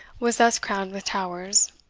was thus crowned with towers,